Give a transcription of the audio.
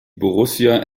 borussia